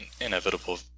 inevitable